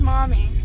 Mommy